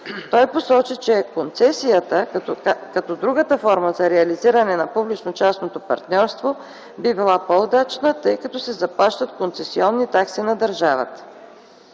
Той посочи, че концесията като другата форма за реализиране на публично-частното партньорство би била по-удачна, тъй като се заплащат концесионни такси на държавата.